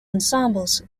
ensembles